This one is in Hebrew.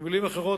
במלים אחרות,